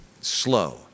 slow